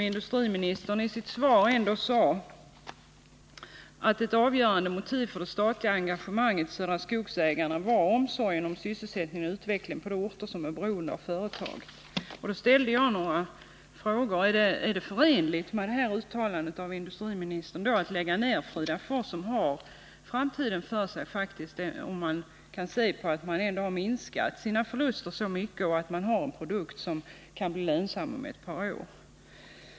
Industriministern sade i sitt svar: ”Ett avgörande motiv för det statliga engagemanget i Södra Skogsägarna AB var omsorgen om sysselsättningen och utvecklingen på de orter som är beroende av företaget.” Därför ställde jag några frågor, nämligen för det första: Är det förenligt med detta uttalande av industriministern att lägga ner Fridafors, som har framtiden för sig, om man ser på att fabriken ändå har minskat sina förluster mycket och har en produkt som kan bli lönsam om ett par år?